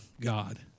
God